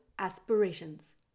aspirations